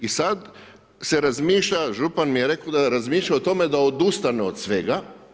I sada se razmišlja, župan mi je rekao da je razmišljao o tome da odustanu od svega.